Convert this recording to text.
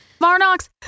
Varnox